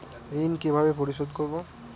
ঋণ কিভাবে পরিশোধ করব?